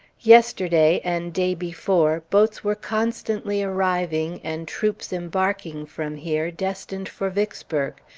yesterday, and day before, boats were constantly arriving and troops embarking from here, destined for vicksburg.